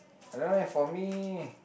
I don't know eh for me